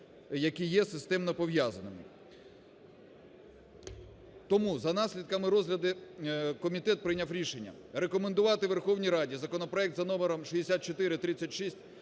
які є системно пов'язаними. Тому за наслідками розгляду комітет прийняв рішення рекомендувати Верховній Раді законопроект за номером 6436